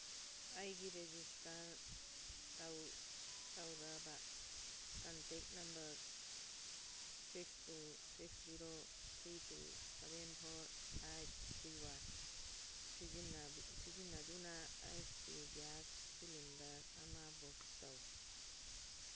ꯑꯩꯒꯤ ꯔꯦꯖꯤꯁꯇꯔ ꯇꯧꯔꯕ contact number six two six zero three two seven four eight three one ꯁꯤꯖꯤꯟꯅꯗꯨꯅ ꯍꯩꯁ ꯄꯤ ꯒ꯭ꯌꯥꯁ ꯁꯤꯂꯤꯟꯗꯔ ꯑꯃ ꯕꯨꯛ ꯇꯧ